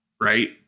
right